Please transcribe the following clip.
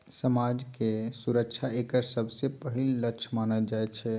सामाजिक सुरक्षा एकर सबसँ पहिल लक्ष्य मानल जाइत छै